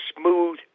smooth